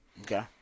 Okay